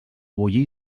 bullir